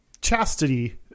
chastity